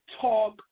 talk